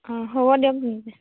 অঁ হ'ব দিয়ক তেন্তে